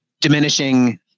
diminishing